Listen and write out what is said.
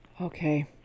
Okay